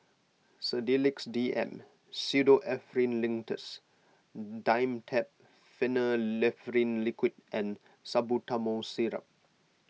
Sedilix D M Pseudoephrine Linctus Dimetapp Phenylephrine Liquid and Salbutamol Syrup